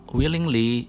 willingly